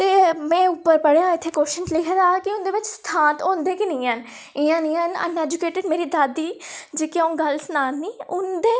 ते में उप्पर पढ़ेआ हा इत्थै क्वश्चन लिखे दा हा कि उं'दे बिच सिद्धांत होंदे कि निं हैन इ'यां निं ऐ न अनएजुकेटड मेरी दादी जेह्की अऊं गल्ल सनान्नी उंदे